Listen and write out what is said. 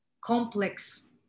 complex